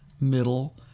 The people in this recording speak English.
middle